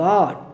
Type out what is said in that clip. God